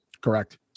Correct